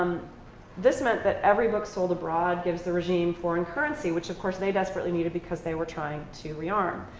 um this meant that every book sold abroad gives the regime foreign currency, which, of course, they desperately needed because they were trying to rearm.